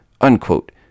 unquote